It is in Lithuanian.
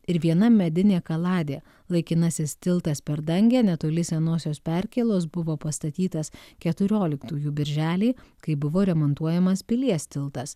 ir viena medinė kaladė laikinasis tiltas per dangę netoli senosios perkėlos buvo pastatytas keturioliktųjų birželį kai buvo remontuojamas pilies tiltas